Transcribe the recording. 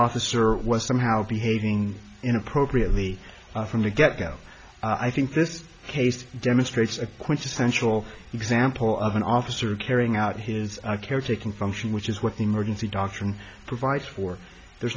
officer was somehow behaving inappropriately from the get go i think this case demonstrates a quintessential example of an officer carrying out his caretaking function which is what the emergency doctrine provides for there's